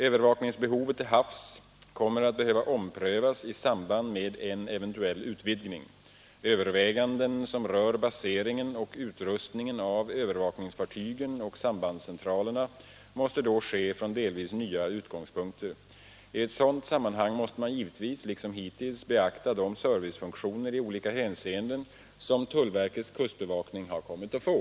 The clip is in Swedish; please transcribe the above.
Övervakningsbehovet till havs kommer att behöva omprövas Tisdagen den i samband med en eventuell utvidgning. Överväganden som rör base =| mars 1977 ringen och utrustningen av övervakningsfartygen och sambandscentra= — lerna måste då ske från delvis nya utgångspunkter. I ett sådant sam Om kustbevakningmanhang måste man givetvis, liksom hittills, beakta de servicefunktioner — en i Gryt och i olika hänseenden som tullverkets kustbevakning har kommit att få.